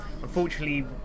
Unfortunately